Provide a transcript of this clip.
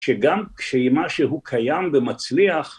‫כשגם, כשמשהו קיים ומצליח...